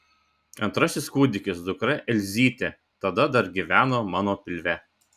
antrasis kūdikis dukra elzytė tada dar gyveno mano pilve